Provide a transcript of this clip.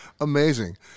Amazing